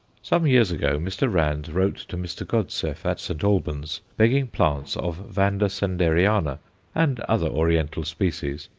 some years ago mr. rand wrote to mr. godseff, at st. albans, begging plants of vanda sanderiana and other oriental species,